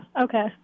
okay